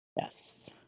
Yes